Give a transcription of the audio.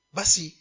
Basi